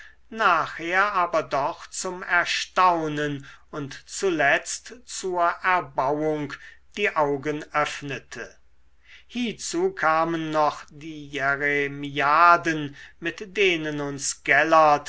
nachher aber doch zum erstaunen und zuletzt zur erbauung die augen öffnete hiezu kamen noch die jeremiaden mit denen uns gellert